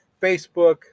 Facebook